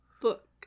book